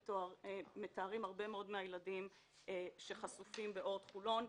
שמתארים הרבה מאוד מן הילדים שחשופים באורט חולון: